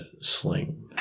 sling